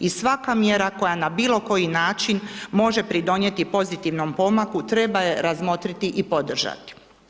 I svaka mjera koja na bilo koji način može pridonijeti pozitivnom pomaku treba je razmotriti i podržati.